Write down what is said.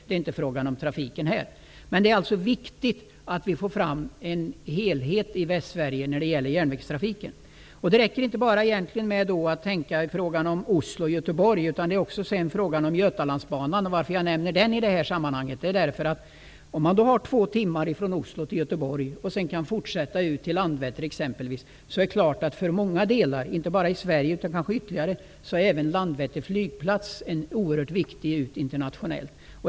Det är inte fråga om trafiken här. Det är alltså viktigt att vi får fram en helhet i Västsverige när det gäller järnvägstrafiken. Det räcker egentligen inte att bara tänka på Oslo-- Göteborg. Det är också fråga om Götalandsbanan. Anledningen till att jag nämner den i det här sammanhanget är att om man har två timmars resa från Oslo till Göteborg och sedan kan fortsätta till exempelvis Landvetter, blir naturligtvis Landvetters flygplats för Sverige och kanske för ytterligare områden en oerhört viktig internationell port.